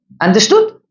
Understood